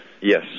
Yes